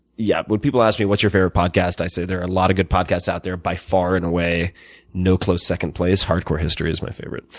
yeah, when people ask me, what's your favorite podcast? i said, there are a lot of good podcasts out there. by far and away, no close second place, hardcore history is my favorite.